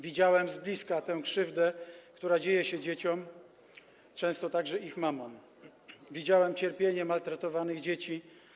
Widziałem z bliska tę krzywdę, która dzieje się dzieciom, często także ich mamom, widziałem cierpienie maltretowanych dzieci.